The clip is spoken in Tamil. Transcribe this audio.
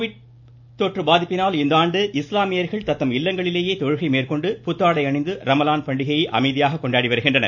கோவிட் தொற்று பாதிப்பினால் இந்தாண்டு இஸ்லாமியர்கள் தத்தம் இல்லங்களிலேயே தொழுகை மேற்கொண்டு புத்தாடை அணிந்து ரமலான் பண்டிகையை அமைதியாக கொண்டாடி வருகின்றனர்